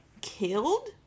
killed